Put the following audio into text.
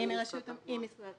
אני מרשות המסים.